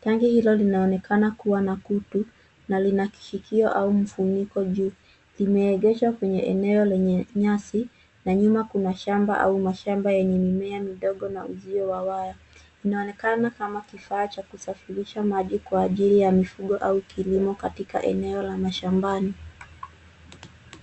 Tanki hilo linaonekana kuwa na kutu na lina kishikio au mfuniko juu, limeegeshwa kwenye eneo lenye nyasi na nyuma kuna shamba au mashamba yenye mimea midogo na uzio wa waya. Inaonekana kama kifaa cha kusafirisha maji kwa ajili ya mifugo au kilimo katika eneo la mashambani.